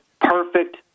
perfect